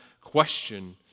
question